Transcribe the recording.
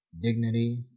dignity